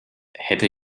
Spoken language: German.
hätte